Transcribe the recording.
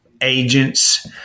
agents